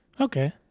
Okay